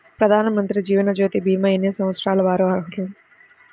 ప్రధానమంత్రి జీవనజ్యోతి భీమా ఎన్ని సంవత్సరాల వారు అర్హులు?